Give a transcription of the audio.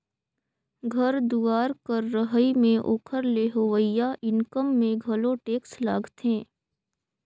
घर दुवार कर रहई में ओकर ले होवइया इनकम में घलो टेक्स लागथें